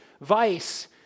vice